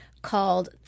called